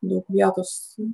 daug vietos